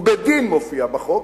ובדין מופיע בחוק,